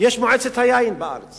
מועצת היין בארץ